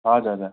हजुर हजुर